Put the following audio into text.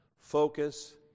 Focus